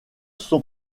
sont